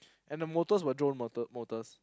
and the motors were drone motors motors